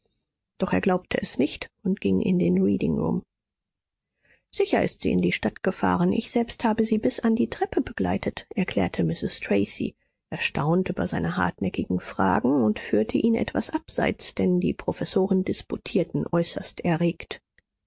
doch er glaubte es nicht und ging in den reading room sicher ist sie in die stadt gefahren ich selbst habe sie bis an die treppe begleitet erklärte mrs tracy erstaunt über seine hartnäckigen fragen und führte ihn etwas abseits denn die professoren disputierten äußerst erregt